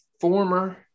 former